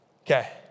Okay